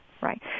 Right